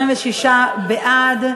26 בעד,